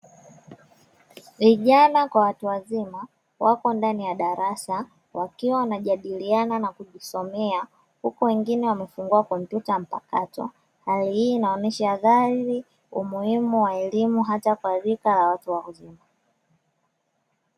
Vijana kwa watu wazima wako ndani ya darasa wakiwa wanajadiliana na kujisomea, huku wengine wamefungua kompyuta mpakato. Hali hii inaonesha dhahiri umuhimu wa elimu hata kwa rika la watu wazima.